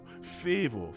favor